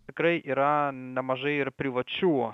tikrai yra nemažai ir privačių